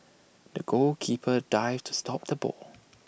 the goalkeeper dived to stop the ball